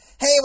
Hey